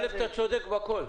צודק בכול,